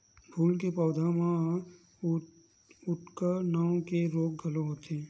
फूल के पउधा म उकठा नांव के रोग घलो होथे